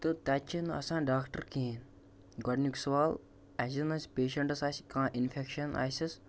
تہٕ تَتہِ چھِنہٕ آسان ڈاکٹر کیٚنٛہہ گۄڈنیُک سوال اَسہِ زن آسہِ پیشنٛٹَس آسہِ کانٛہہ اِنفٮٚکشَن آسٮ۪س